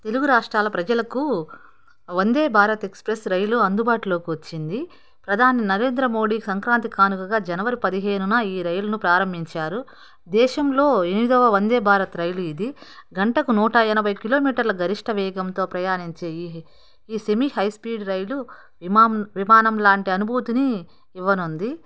తెలుగు రాష్ట్రాల ప్రజలకు వందే భారత్ ఎక్స్ప్రెస్ రైలు అందుబాటులోకి వచ్చింది ప్రధాన నరేంద్ర మోదీ సంక్రాంతి కానుకగా జనవరి పదిహేను ఈ రైలును ప్రారంభించారు దేశంలో ఎనిమిదవ వందే భారత రైలు ఇది గంటకు నూట ఎనభై కిలోమీటర్ల గరిష్ట వేగంతో ప్రయాణించి ఈ ఈ సెమీ హై స్పీడ్ రైలు విమా విమానం లాంటి అనుభూతిని ఇవ్వనుంది